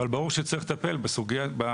אבל ברור שצריך לטפל --- בדיוק,